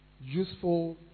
useful